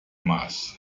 massa